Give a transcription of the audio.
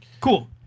Cool